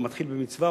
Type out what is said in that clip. המתחיל במצווה,